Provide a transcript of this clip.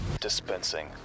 dispensing